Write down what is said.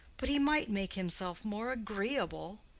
but he might make himself more agreeable.